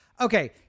okay